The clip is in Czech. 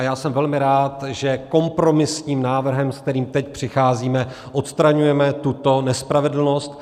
Já jsem velmi rád, že kompromisním návrhem, se kterým teď přicházíme, odstraňujeme tuto nespravedlnost.